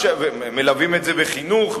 מלווים את זה בחינוך,